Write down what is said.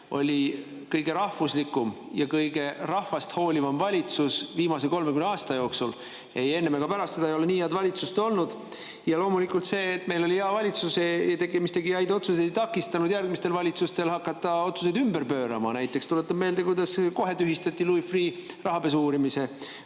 oli kõige rahvuslikum ja kõige enam rahvast hooliv valitsus viimase 30 aasta jooksul. Ei enne ega pärast seda ei ole nii head valitsust olnud. Aga loomulikult see, et meil oli hea valitsus, mis tegi häid otsuseid, ei takistanud järgmistel valitsustel hakata otsuseid ümber pöörama. Näiteks tuletan meelde, kuidas kohe tühistati Louis Freeh' rahapesu-uurimise